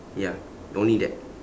ya only that